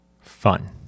fun